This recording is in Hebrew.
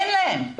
אין להם.